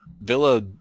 Villa